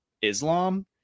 Islam